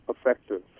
effective